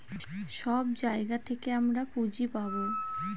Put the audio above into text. সব জায়গা থেকে আমরা পুঁজি পাবো